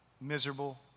Miserable